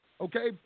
Okay